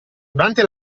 durante